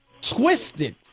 twisted